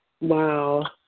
Wow